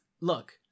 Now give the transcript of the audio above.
Look